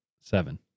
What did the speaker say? seven